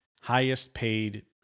highest-paid